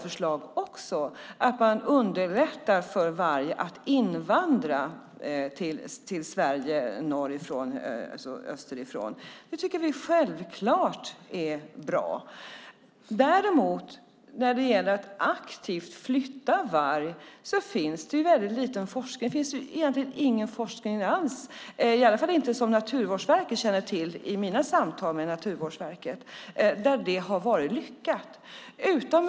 Det är även ett av våra förslag att underlätta för varg att invandra till Sverige norr och österifrån. Det tycker vi självklart är bra. När det däremot gäller att aktivt flytta varg finns det egentligen ingen forskning alls som säger att det har varit lyckat, i alla fall inte som Naturvårdsverket känner till. Det har Naturvårdsverket sagt i mina samtal med dem.